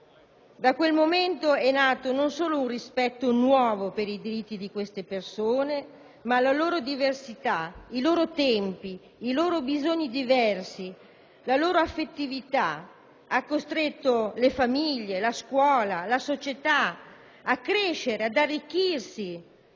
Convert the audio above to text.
Da quel momento non solo è nato un rispetto nuovo per i diritti di queste persone, ma la loro diversità, i loro tempi, i loro bisogni diversi, la loro affettività hanno costretto le famiglie, la scuola, la società a crescere e ad arricchirsi